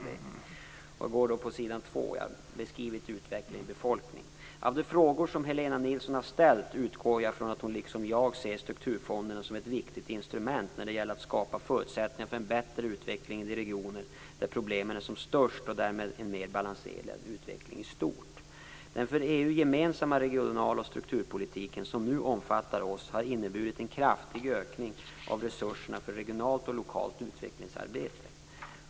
Detta gör att fler kommuner och län än under tidigare år nu redovisar minskad folkmängd. Födelseöverskott och nettoinvandring balanserar inte i samma utsträckning som tidigare utflyttningen från en rad områden i landet. Av de frågor som Helena Nilsson har ställt utgår jag från att hon liksom jag ser strukturfonderna som ett viktigt instrument när det gäller att skapa förutsättningar för en bättre utveckling i de regioner där problemen är som störst och därmed en mer balanserad utveckling i stort. Den för EU gemensamma regional och strukturpolitiken, som nu omfattar oss, har inneburit en kraftig ökning av resurserna för regionalt och lokalt utvecklingsarbete.